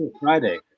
Friday